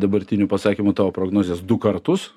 dabartinių pasakymų tavo prognozės du kartus